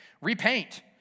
repaint